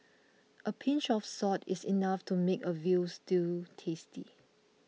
a pinch of salt is enough to make a Veal Stew tasty